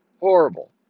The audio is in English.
Horrible